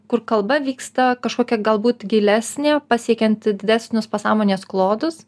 kur kalba vyksta kažkokia galbūt gilesnė pasiekianti didesnius pasąmonės klodus